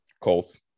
Colts